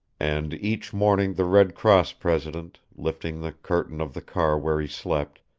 and each morning the red cross president, lifting the curtain of the car where he slept,